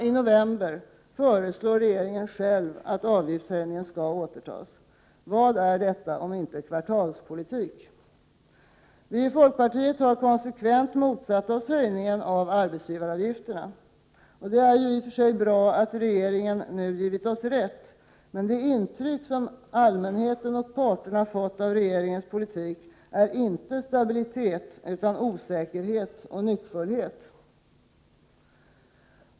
I november föreslår sedan regeringen själv att avgiftshöjningen skall återtas. Vad är detta om inte kvartalspolitik? Vi i folkpartiet har konsekvent motsatt oss höjningen av arbetsgivaravgifterna. Det är i och för sig bra att regeringen nu har gett oss rätt, men det intryck som allmänheten och parterna har fått av regeringens politik är inte stabilitet utan osäkerhet och nyckfullhet.